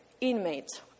inmates